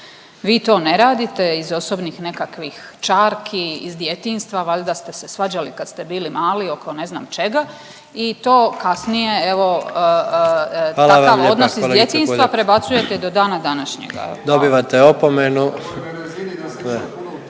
Vi to ne radite iz osobnih nekakvih čarki iz djetinjstva. Valjda ste se svađali kad ste bili mali oko ne znam čega i to kasnije evo, …/Upadica predsjednik: Hvala vam lijepa kolegice